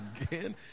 again